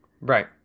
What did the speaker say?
Right